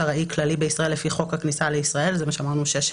ארעי כללי בישראל לפי חוק הכניסה לישראל שחזר